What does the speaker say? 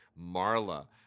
Marla